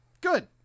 Good